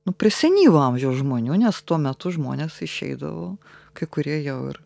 nu prie senyvo amžiaus žmonių nes tuo metu žmonės išeidavo kai kurie jau ir